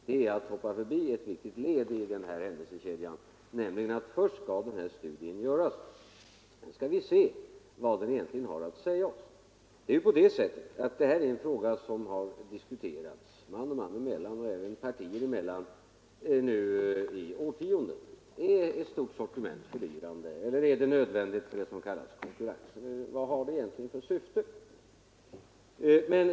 Det är att hoppa förbi ett viktigt led i händelsekedjan, nämligen att först skall den här studien göras och sedan skall vi se vad den egentligen har att säga oss. Det här är ju en fråga som har diskuterats man och man emellan och även partier emellan i årtionden: Är ett stort sortiment fördyrande eller är det nödvändigt för det som kallas konkurrens? Vad har det egentligen för syfte?